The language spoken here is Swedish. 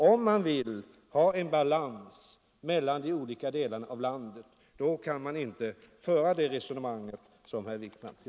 Om man vill ha en balans mellan de olika delarna av landet, kan man inte föra ett sådant resonemang.